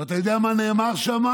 ואתה יודע מה נאמר שם?